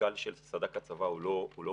המשקל של סד"כ הצבא הוא לא גדול,